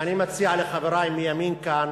אני מציע לחברי מימין, כאן,